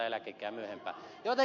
jotenkin ed